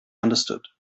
understood